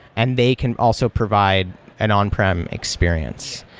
and they can also provide an on-prem experience.